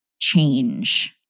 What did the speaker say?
change